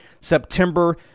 September